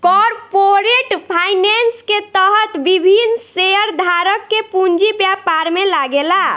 corporate finance के तहत विभिन्न शेयरधारक के पूंजी व्यापार में लागेला